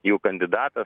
jų kandidatas